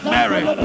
Mary